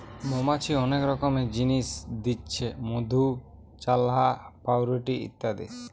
মৌমাছি অনেক রকমের জিনিস দিচ্ছে মধু, চাল্লাহ, পাউরুটি ইত্যাদি